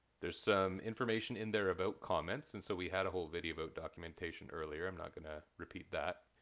there's some information in there about comments and so we had a whole video about documentation earlier. i'm not going to repeat that.